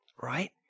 right